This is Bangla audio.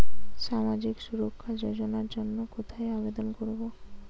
সামাজিক সুরক্ষা যোজনার জন্য কোথায় আবেদন করব?